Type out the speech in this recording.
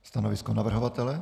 Stanovisko navrhovatele?